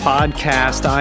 Podcast